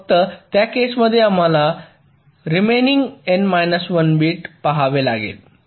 फक्त त्या केसमध्ये आम्हाला रेमेनिंग N 1 बिट पहावे लागेल